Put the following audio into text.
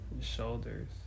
shoulders